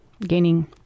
gaining